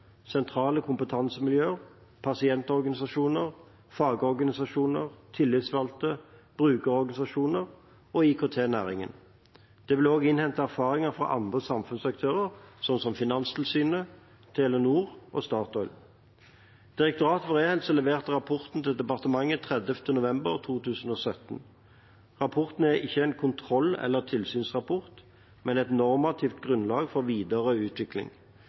sentrale kompetansemiljøer, pasientorganisasjoner, fagorganisasjoner, tillitsvalgte, brukerorganisasjoner og IKT-næringen. Det ble også innhentet erfaringer fra andre samfunnsaktører, slik som Finanstilsynet, Telenor og Statoil. Direktoratet for e-helse leverte rapporten til departementet 30. november 2017. Rapporten er ikke en kontroll- eller tilsynsrapport, men et normativt grunnlag for videre utvikling.